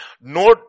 No